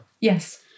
yes